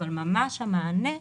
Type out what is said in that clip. אבל המענה ממש,